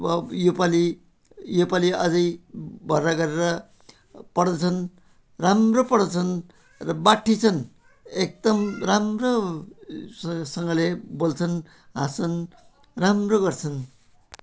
अब यसपालि यसपालि अझै भर्ना गरेर पढ्दैछन् राम्रो पढ्दैछन् र बाठी छन् एकदम राम्रो स सँगले बोल्छन् हाँस्छन् राम्रो गर्छन्